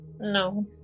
no